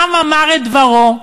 העם אמר את דברו,